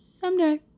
someday